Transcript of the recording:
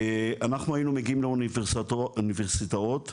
אנחנו היינו מגיעים לאוניברסיטאות במדינות,